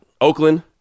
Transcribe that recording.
Oakland